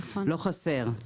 לא חסר.